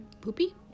Poopy